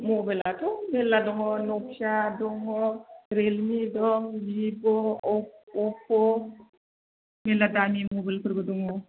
मबाइलाथ' मेरला दङ न'किया दङ रेलयेमि दं भिभ' अफ' अफ' मेरला दामि मबाइलफोरबो दङ